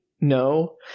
No